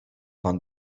pan